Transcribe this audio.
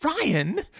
Ryan